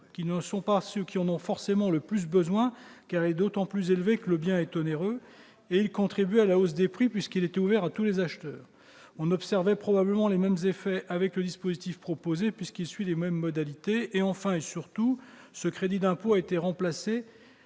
qui n'en avaient pas forcément le plus besoin, car il était d'autant plus élevé que le bien était onéreux, et contribuait à la hausse des prix, puisqu'il était ouvert à tous les acheteurs. On observerait probablement les mêmes effets avec le dispositif proposé, puisqu'il suit les mêmes modalités. Enfin, et surtout, ce crédit d'impôt a été remplacé,